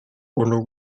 anak